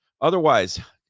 Otherwise